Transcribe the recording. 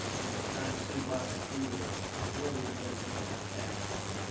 and trying to single out the few that are worthy, i know is a difficult task, so,